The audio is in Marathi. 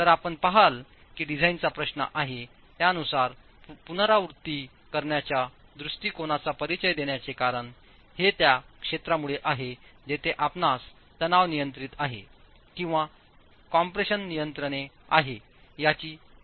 तर आपण पहाल की डिझाइनचा प्रश्न आहे त्यानुसार पुनरावृत्ती करण्याच्या दृष्टिकोनाचा परिचय देण्याचे कारण हे त्या क्षेत्रामुळे आहे जेथे आपणास तणाव नियंत्रित आहे किंवा कम्प्रेशन नियंत्रणे आहे याची प्राथमिकता नाही